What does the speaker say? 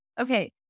okay